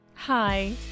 Hi